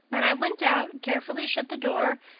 and i went out, carefully shut the door,